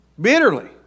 Bitterly